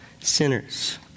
sinners